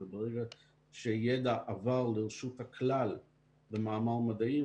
וברגע שהידע עבר לרשות הכלל במאמר מדעי,